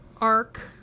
ARC